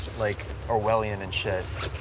like orwellian and shit.